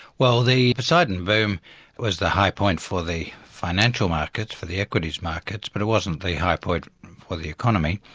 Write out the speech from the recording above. well the poseidon boom was the high point for the financial markets, for the equities markets but it wasn't the high point for the economy.